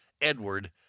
Edward